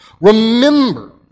Remember